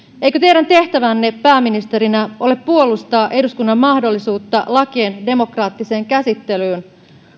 eikö teidän tehtävänne pääministerinä ole puolustaa eduskunnan mahdollisuutta lakien demokraattiseen käsittelyyn